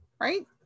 Right